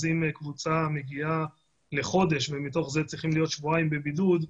כך שאם קבוצה מגיעה לחודש ומתוך החודש היא צריכה להיות שבועיים בבידוד,